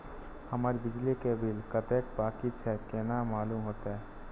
हमर बिजली के बिल कतेक बाकी छे केना मालूम होते?